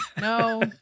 no